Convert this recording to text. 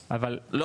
השיכון.